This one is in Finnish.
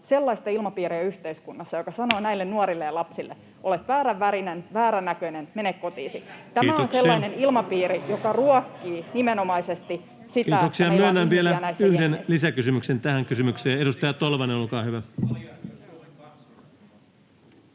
sellaista ilmapiiriä, joka sanoo näille nuorille ja lapsille: olet vääränvärinen, väärännäköinen, mene kotiisi. Tämä on sellainen ilmapiiri, joka ruokkii nimenomaisesti sitä, että meillä on ihmisiä näissä jengeissä. Kiitoksia. — Myönnän vielä yhden lisäkysymyksen tähän kysymykseen. — Edustaja Tolvanen, olkaa hyvä.